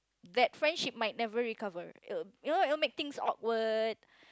that friendship might never recover I'll you know it'll make things awkward